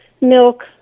milk